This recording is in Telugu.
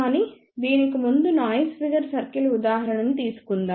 కానీ దీనికి ముందు నాయిస్ ఫిగర్ సర్కిల్ ఉదాహరణను తీసుకుందాం